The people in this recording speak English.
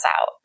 out